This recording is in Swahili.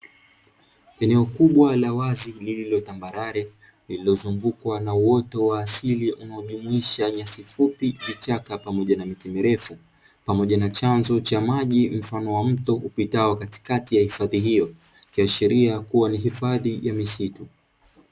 Eneo kubwa la wazi lililo tambarale lililozungukwa na uoto wa asili unaojumuisha nyasi fupi, vichaka pamoja na miti mirefu pamoja na chanzo cha maji mfano wa mto upitao katikati ya hifadhi hiyo ikiashiria kuwa ni hifadhi ya misitu.